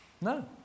no